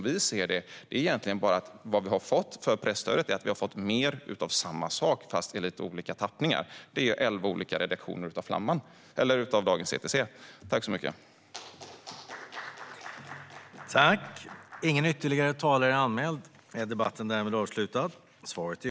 Vi ser det i stället som att vi för presstödet har fått mer av samma sak fast i lite olika tappningar, som elva olika redaktioner för Dagens ETC.